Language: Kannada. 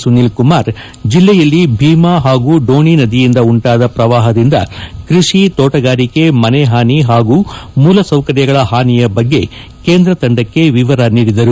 ಸುನೀಲ್ಕುಮಾರ್ ಜಿಲ್ಲೆಯಲ್ಲಿ ಭೀಮಾ ಹಾಗೂ ಡೋಣಿ ನದಿಯಿಂದ ಉಂಟಾದ ಶ್ರವಾಹದಿಂದ ಕೃಷಿ ತೋಟಗಾರಿಕೆ ಮನೆ ಹಾನಿ ಹಾಗೂ ಮೂಲ ಸೌಕರ್ಯಗಳ ಹಾನಿಯ ಬಗ್ಗೆ ಕೇಂದ್ರ ತಂಡಕ್ಕೆ ವಿವರ ನೀಡಿದರು